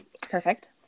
Perfect